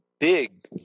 big